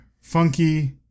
funky